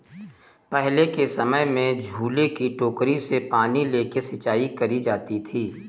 पहले के समय में झूले की टोकरी से पानी लेके सिंचाई करी जाती थी